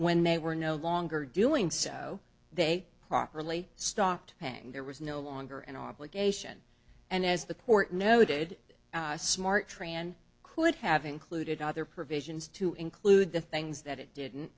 when they were no longer doing so they properly stopped paying there was no longer an obligation and as the court noted smart tran could have included other provisions to include the things that it didn't